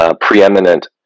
preeminent